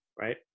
right